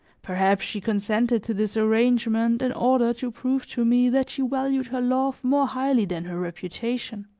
perhaps she consented to this arrangement in order to prove to me that she valued her love more highly than her reputation